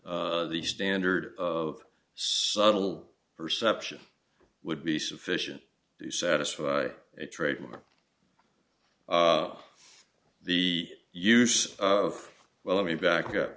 the standard of subtle perception would be sufficient to satisfy a trademark the use of well let me back